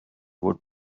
would